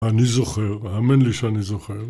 אני זוכר, אמן לי שאני זוכר.